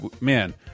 Man